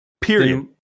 Period